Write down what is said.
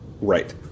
Right